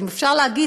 אם אפשר להגיד,